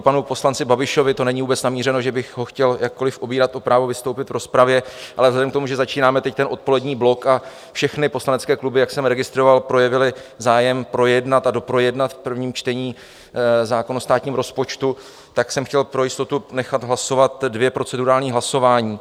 Děkuji panu poslanci Babišovi, to není vůbec namířeno, že bych ho chtěl jakkoli obírat o právo vystoupit v rozpravě, ale vzhledem k tomu, že začínáme teď ten odpolední blok a všechny poslanecké kluby, jak jsem registroval, projevily zájem projednat a doprojednat v prvním čtení zákon o státním rozpočtu, tak jsem chtěl pro jistotu nechat hlasovat dvě procedurální hlasování.